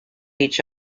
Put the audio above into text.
each